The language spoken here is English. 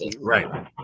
Right